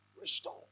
Restore